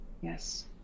Yes